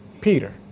Peter